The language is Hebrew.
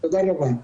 תודה רבה.